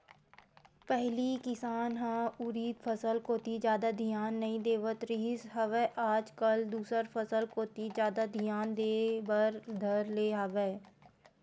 पहिली किसान ह उरिद फसल कोती जादा धियान नइ देवत रिहिस हवय आज कल दूसर फसल कोती जादा धियान देय बर धर ले हवय